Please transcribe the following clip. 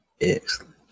Excellent